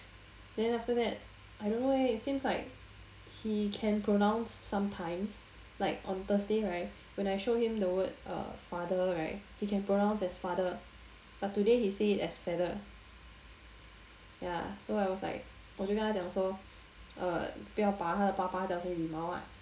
then after that I don't know leh it seems like he can pronounce sometimes like on thursday right when I show him the word uh father right he can pronounce as father but today he said it as feather ya so I was like 我就跟他讲说 uh 不要把他的爸爸讲成羽毛 lah